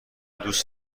دوست